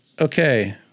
Okay